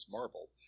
Marvel